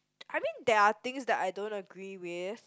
I mean that are things that I don't agree with